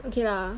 okay lah